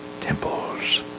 temples